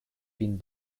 been